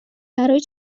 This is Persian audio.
برای